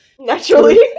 naturally